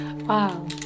wow